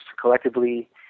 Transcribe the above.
collectively